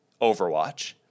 Overwatch